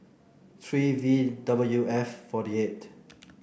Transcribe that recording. three V W F forty eight